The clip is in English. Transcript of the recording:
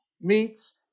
meets